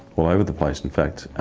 all over the place in fact.